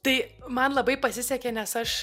tai man labai pasisekė nes aš